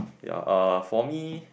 ya uh for me